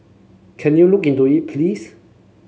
can you look into it please